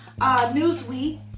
Newsweek